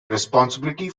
responsibility